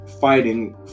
fighting